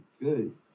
good